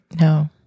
No